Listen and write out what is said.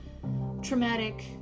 traumatic